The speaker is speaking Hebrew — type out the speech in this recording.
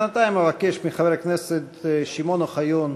בינתיים אבקש מחבר הכנסת שמעון אוחיון